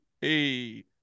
Hey